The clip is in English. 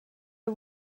are